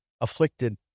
afflicted